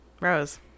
rose